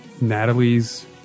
natalie's